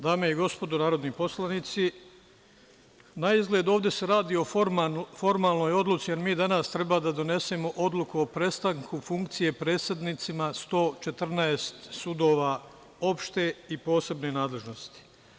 Dame i gospodo narodni poslanici, na izgled ovde se radi o formalnoj odluci, a mi danas treba da donesemo odluku o prestanku funkcije predsednicima 114 sudova opšte i posebne nadležnosti.